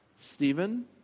Stephen